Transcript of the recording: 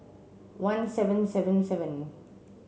one seven seven seven